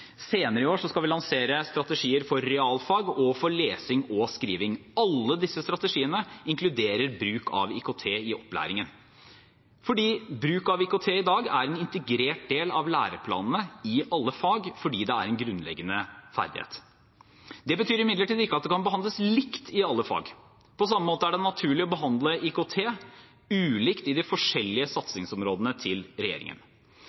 Senere i år skal vi lansere strategier for realfag og for lesing og skriving. Alle disse strategiene inkluderer bruk av IKT i opplæringen, fordi bruk av IKT i dag er en integrert del av læreplanene i alle fag, fordi det er en grunnleggende ferdighet. Det betyr imidlertid ikke at det kan behandles likt i alle fag. På samme måte er det naturlig å behandle IKT ulikt i de forskjellige satsingsområdene til regjeringen.